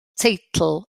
teitl